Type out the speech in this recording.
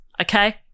Okay